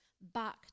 back